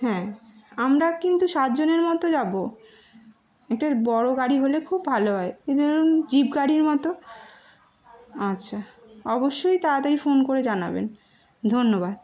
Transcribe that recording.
হ্যাঁ আমরা কিন্তু সাত জনের মতো যাব একটা বড়ো গাড়ি হলে খুব ভালো হয় এই ধরুন জিপ গাড়ির মতো আচ্ছা অবশ্যই তাড়াতাড়ি ফোন করে জানাবেন ধন্যবাদ